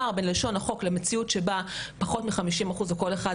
הפער בין לשון החוק למציאות שבה פחות מ-50% או כל אחד